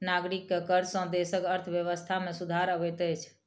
नागरिक के कर सॅ देसक अर्थव्यवस्था में सुधार अबैत अछि